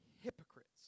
hypocrites